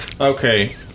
Okay